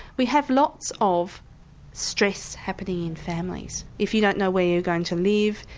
we have lots of stress happening in families. if you don't know where you're going to live,